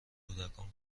کودکان